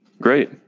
Great